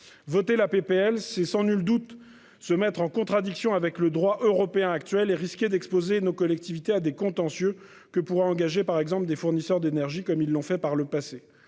voter la PPL c'est sans nul doute se mettre en contradiction avec le droit européen actuel et risquer d'exposer nos collectivités à des contentieux que pourra engager par exemple des fournisseurs d'énergie, comme ils l'ont fait par le passé